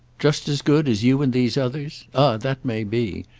just as good as you and these others? ah that may be.